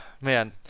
man